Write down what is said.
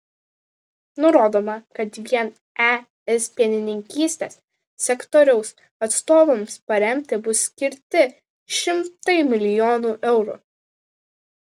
nurodoma kad vien es pienininkystės sektoriaus atstovams paremti bus skirti šimtai milijonų eurų